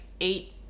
eight